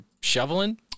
shoveling